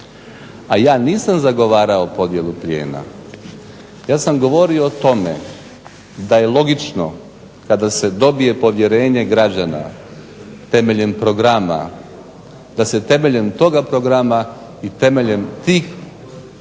A ja nisam zagovarao podjelu plijena. Ja sam govorio o tome da je logično kada se dobije povjerenje građana temeljem programa, da se temeljem toga programa i temeljem tih, tog